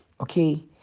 okay